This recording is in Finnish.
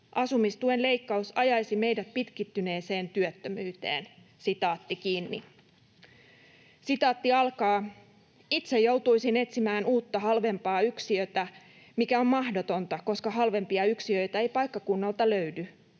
Asumistuen leikkaus ajaisi meidät pitkittyneeseen työttömyyteen.” ”Itse joutuisin etsimään uutta, halvempaa yksiötä, mikä on mahdotonta, koska halvempia yksiöitä ei paikkakunnalta löydy.